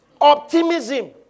Optimism